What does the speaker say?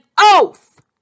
Oath